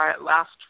last